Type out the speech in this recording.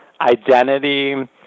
identity